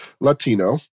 Latino